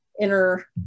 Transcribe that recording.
inner